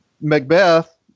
Macbeth